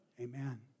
Amen